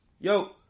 Yo